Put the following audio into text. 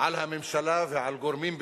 על הממשלה ועל גורמים בתוכה,